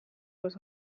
was